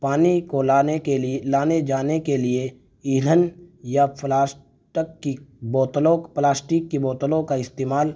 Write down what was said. پانی کو لانے کے لیے لانے جانے کے لیے ایندھن یا فلاسٹک کی بوتلوں پلاسٹک کی بوتلوں کا استعمال